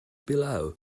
below